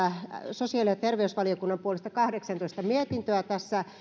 sosiaali ja terveysvaliokunnan puolesta kahdeksantoista mietintöä tässä